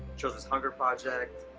children's hunger project.